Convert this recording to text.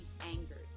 angered